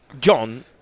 John